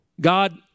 God